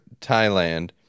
Thailand